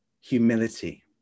humility